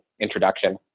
introduction